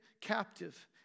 captive